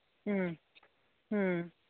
ꯎꯝ ꯎꯝ